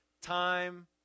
time